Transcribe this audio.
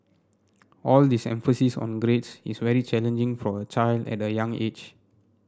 all this emphasis on grades is very challenging for a child at a young age